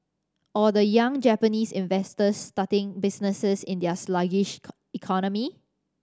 or the young Japanese investors starting businesses in their sluggish economy